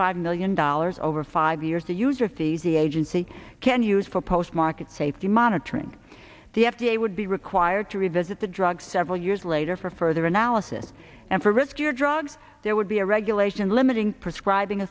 five million dollars over five years a huge rift easy agency can use for post market safety monitoring the f d a would be required to revisit the drug several years later for further analysis and for riskier drugs there would be a regulation limiting prescribing